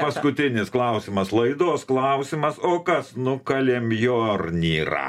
paskutinis klausimas laidos klausimas o kas nukalė mjornyrą